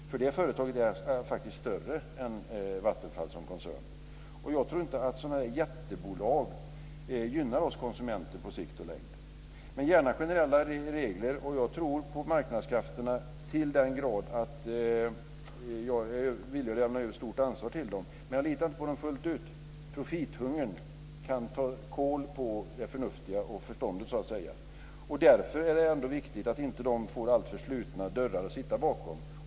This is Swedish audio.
Det företaget är faktiskt större än Jag tror inte att sådana jättebolag gynnar oss konsumenter på sikt. Jag ser gärna generella regler, och jag tror på marknadskrafterna till den grad att jag är villig att lämna över ett stort ansvar till dem. Men jag litar inte på dem fullt ut. Profithungern kan ta kål på förnuftet. Därför är det viktigt att de inte får sitta bakom slutna dörrar.